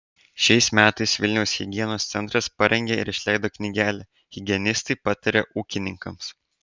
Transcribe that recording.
šiais metais vilniaus higienos centras parengė ir išleido knygelę higienistai pataria ūkininkams